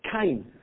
Cain